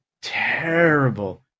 terrible